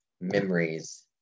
memories